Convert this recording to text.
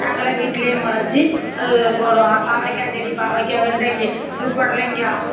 நாங்களே வீட்லையே முளைச்சி அது ஒ போடுவோம் பாவைக்காய் செடி பாவைக்காய் வெண்டைக்காய் இது புடலங்காய்